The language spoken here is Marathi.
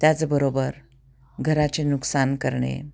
त्याचबरोबर घराचे नुकसान करणे